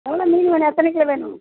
எவ்வளோ மீன் வேணும் எத்தனை கிலோ வேணும்